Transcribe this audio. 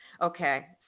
Okay